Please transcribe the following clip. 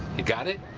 you got it?